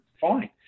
fine